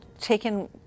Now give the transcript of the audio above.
taken